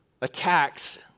attacks